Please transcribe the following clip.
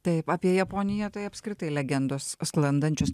taip apie japoniją tai apskritai legendos sklandančios